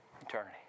Eternity